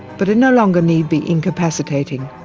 but it no longer need be incapacitating.